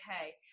okay